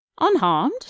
unharmed